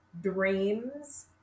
Dreams